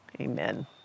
Amen